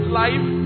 life